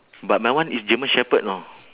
but my one is german shepherd know